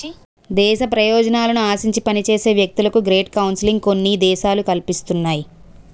దేశ ప్రయోజనాలను ఆశించి పనిచేసే వ్యక్తులకు గ్రేట్ కౌన్సిలింగ్ కొన్ని దేశాలు కల్పిస్తున్నాయి